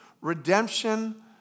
redemption